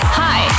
hi